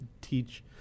teach